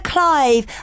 Clive